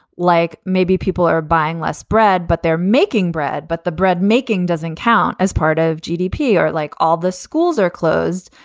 like maybe people are buying less bread, but they're making bread. but the bread making doesn't count as part of gdp or like all the schools are closed.